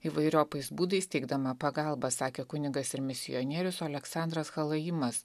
įvairiopais būdais teikdama pagalbą sakė kunigas ir misionierius oleksandras chalojimas